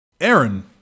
Aaron